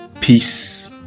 peace